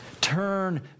Turn